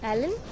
Alan